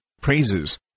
praises